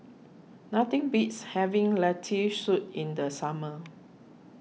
nothing beats having Lentil Soup in the summer